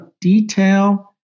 detail